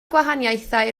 gwahaniaethau